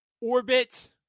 Orbit